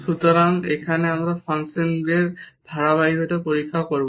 সুতরাং এখানে আমরা ফাংশনের ধারাবাহিকতা পরীক্ষা করব